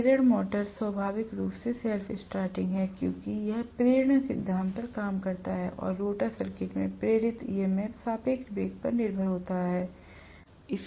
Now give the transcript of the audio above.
प्रेरण मोटर स्वाभाविक रूप से सेल्फ़ स्टार्टिंग है क्योंकि यह प्रेरण सिद्धांत पर काम करता है और रोटर सर्किट में प्रेरित EMF सापेक्ष वेग पर निर्भर हो रहा है